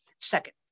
Second